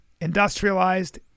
industrialized